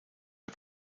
her